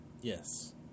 Yes